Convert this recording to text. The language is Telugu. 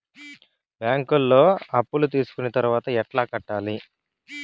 బ్యాంకులో అప్పు తీసుకొని తర్వాత ఎట్లా కట్టాలి?